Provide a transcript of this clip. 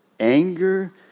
Anger